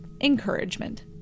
encouragement